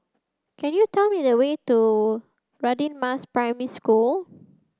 can you tell me the way to Radin Mas Primary School